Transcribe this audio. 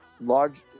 large